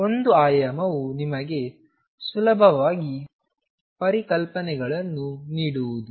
ಒಂದು ಆಯಾಮವು ನಿಮಗೆ ಸುಲಭವಾಗಿ ಪರಿಕಲ್ಪನೆಗಳನ್ನು ನೀಡುವುದು